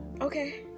Okay